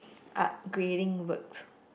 upgrading works